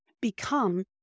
become